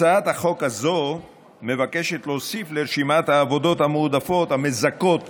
הצעת החוק הזאת מבקשת להוסיף לרשימת העבודות המועדפות המזכות